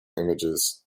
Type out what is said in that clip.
images